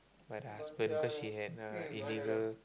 by the husband because she had uh illegal